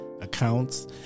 accounts